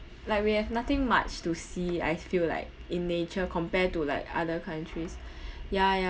like we have nothing much to see I feel like in nature compare to like other countries ya